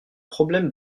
problème